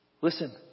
Listen